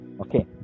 Okay